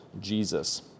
jesus